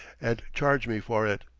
and charge me for it.